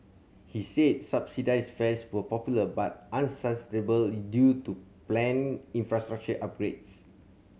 he said subsidised fares were popular but unsustainable due to planned infrastructural upgrades